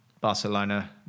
Barcelona